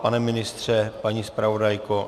Pane ministře, paní zpravodajko?